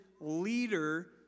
leader